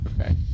Okay